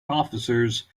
officers